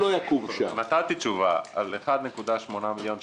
עניתי תשובה על 1.8 מיליון שקל.